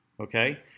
okay